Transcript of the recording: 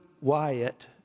Wyatt